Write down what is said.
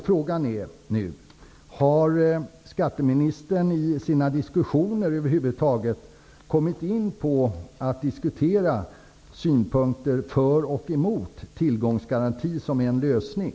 Frågan är nu: Har skatteministern i sina diskussioner över huvud taget kommit in på synpunkter för och emot tillgångsgaranti som en lösning?